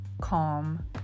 calm